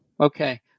Okay